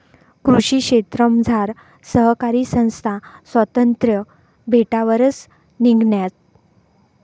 कृषी क्षेत्रमझार सहकारी संस्था स्वातंत्र्य भेटावरच निंघण्यात